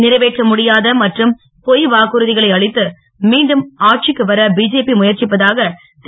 நிறைவேற்ற முடியாத மற்றும் பொய் வாக்குறுதிகளை அளித்து மீண்டும் ஆட்சிக்கு வர பிஜேபி முயற்சிப்பதாக திரு